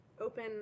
Open